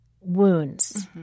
wounds